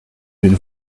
d’une